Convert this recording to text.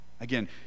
Again